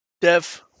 Dev